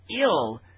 ill